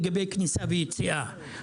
לגבי כניסה ויציאה.